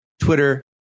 Twitter